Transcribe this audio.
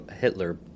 Hitler